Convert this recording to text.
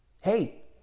hey